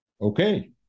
Okay